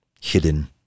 hidden